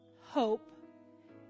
hope